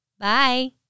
Bye